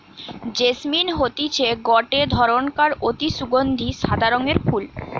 jasmine হতিছে গটে ধরণকার অতি সুগন্ধি সাদা রঙের ফুল